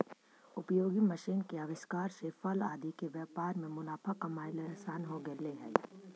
उपयोगी मशीन के आविष्कार से फल आदि के व्यापार में मुनाफा कमाएला असान हो गेले हई